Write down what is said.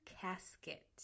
casket